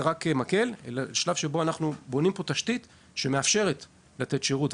רק מקל לשלב שבו אנחנו בונים פה תשתית שמאפשרת לתת שירות.